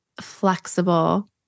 flexible